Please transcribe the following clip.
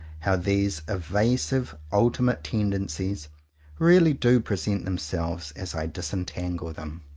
how these evasive ultimate tendencies really do present them selves as i disentangle them.